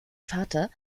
vater